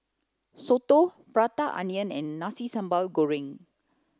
soto prata onion and nasi sambal goreng